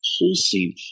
pulsing